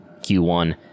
Q1